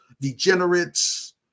degenerates